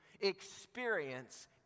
experience